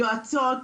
יועצות,